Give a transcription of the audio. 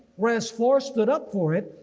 whereas four stood up for it,